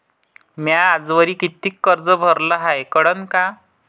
म्या आजवरी कितीक कर्ज भरलं हाय कळन का?